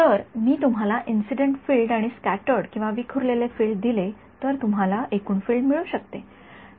तर मी तुम्हाला इंसीडन्ट फील्ड आणि स्क्याटर्डविखुरलेले फील्ड दिले तर तुम्हाला एकूण फील्ड मिळू शकते